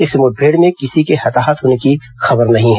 इस मुठभेड़ में किसी के हताहत होने की खबर नहीं है